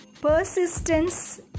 Persistence